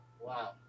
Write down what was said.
Wow